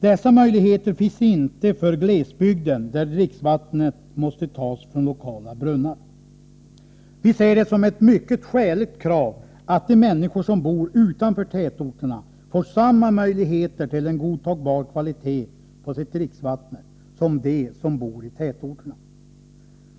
Dessa möjligheter finns inte i glesbygden, där dricksvattnet måste tas från lokala brunnar. Vi ser det som ett mycket skäligt krav, att de människor som bor utanför tätorterna får samma möjligheter till en godtagbar kvalitet på sitt dricksvatten som de som bor i tätorterna.